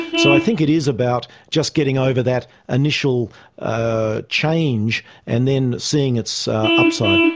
so i think it is about just getting over that initial ah change and then seeing its upside.